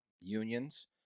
unions